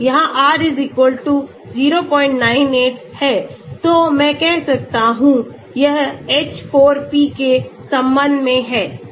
यह R 098 है तो मैं कह सकता हूं यह H4P के संबंध में है